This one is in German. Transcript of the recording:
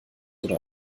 oder